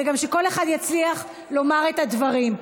וגם שכל אחד יצליח לומר את הדברים.